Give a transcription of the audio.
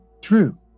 True